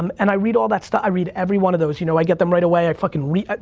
um and i read all that stuff, i read everyone of those. you know, i get them right away. i fuckin' read,